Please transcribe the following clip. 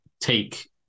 take